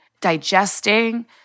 digesting